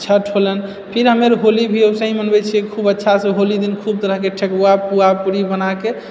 छठ होलनि फिर हमे आर होली भी वैसे ही मनबै छियै खूब अच्छासे होली दिन खूब तरहके ठेकुआ पुआ पूरी बनाके